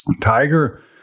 Tiger